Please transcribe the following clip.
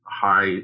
high